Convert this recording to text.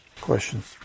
questions